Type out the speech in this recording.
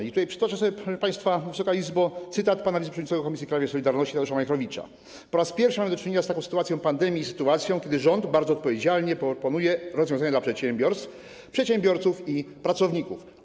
I tutaj przytoczę, proszę państwa, Wysoka Izbo, cytat z wypowiedzi pana wiceprzewodniczącego Komisji Krajowej „Solidarności” Tadeusza Majchrowicza: Po raz pierwszy mamy do czynienia z taką sytuacją pandemii i sytuacją, kiedy rząd bardzo odpowiedzialnie proponuje rozwiązania dla przedsiębiorstw, przedsiębiorców i pracowników.